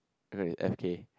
you know right F K